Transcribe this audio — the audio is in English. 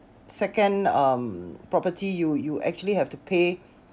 second um property you you actually have to pay